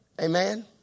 Amen